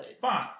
Fine